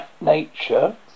nature